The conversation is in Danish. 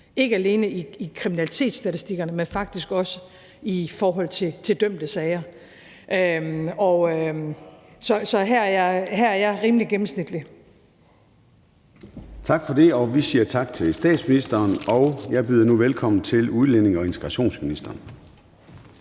ikke alene i kriminalitetsstatistikkerne, men faktisk også i forhold til dømte sager. Så her er jeg rimelig gennemsnitlig. Kl. 10:29 Formanden (Søren Gade): Tak for det. Vi siger tak til statsministeren. Jeg byder nu velkommen til udlændinge- og integrationsministeren.